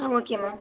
ம் okay ma'am